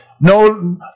No